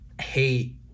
hate